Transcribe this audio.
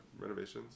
renovations